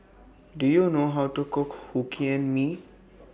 Do YOU know How to Cook Hokkien Mee